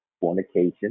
fornication